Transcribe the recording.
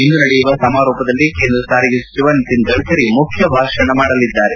ಇಂದು ನಡೆಯುವ ಸಮಾರೋಪ ಸಮಾರಂಭದಲ್ಲಿ ಕೇಂದ್ರ ಸಾರಿಗೆ ಸಚಿವ ನಿತಿನ್ ಗಢರಿ ಮುಖ್ಯ ಭಾಷಣ ಮಾಡಲಿದ್ದಾರೆ